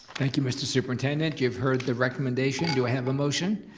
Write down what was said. thank you mr. superintendent, you have heard the recommendation. do i have a motion?